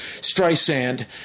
Streisand